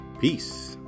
Peace